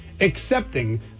accepting